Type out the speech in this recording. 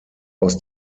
aus